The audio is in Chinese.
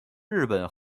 日本